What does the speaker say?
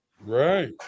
right